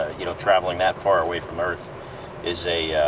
you know travelling that far away from earth is a,